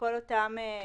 לכל אותם בעלי עניין.